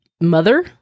mother